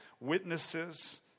witnesses